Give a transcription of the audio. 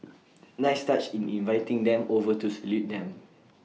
nice touch in inviting them over to salute them